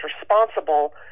responsible